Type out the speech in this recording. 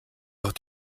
doch